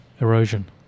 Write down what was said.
Erosion